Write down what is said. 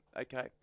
Okay